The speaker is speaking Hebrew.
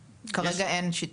כרגע אין שיטה.